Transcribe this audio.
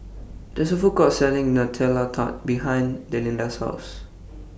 There IS A Food Court Selling Nutella Tart behind Delinda's House